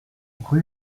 rue